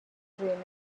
training